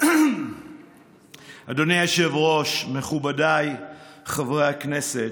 אדוני היושב-ראש, מכובדיי חברי הכנסת,